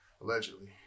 Allegedly